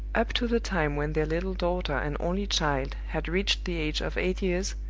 up to the time when their little daughter and only child had reached the age of eight years,